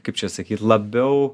kaip čia sakyt labiau